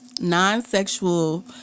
non-sexual